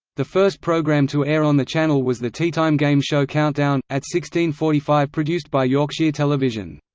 the first programme to air on the channel was the teatime game show countdown, at sixteen forty five produced by yorkshire television.